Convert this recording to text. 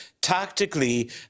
tactically